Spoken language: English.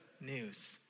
news